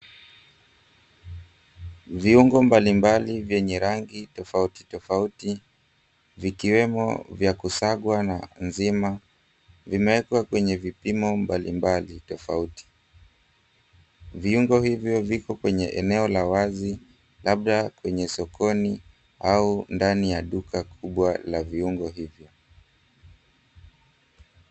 Viungo mbalimbali vyenye rangi tofauti tofauti vikiwemo vya kusagwa na nzima vimewekwa kwenye vipimo mbalimbali tofauti. Viungo hivyo viko kwenye eneo la wazi labda kwenye sokoni au ndani ya duka kubwa la viungo hivyo.